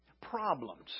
problems